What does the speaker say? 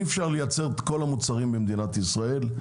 אי אפשר לייצר את כל המוצרים במדינת ישראל.